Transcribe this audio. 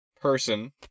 person